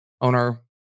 owner